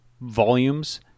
volumes